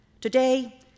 Today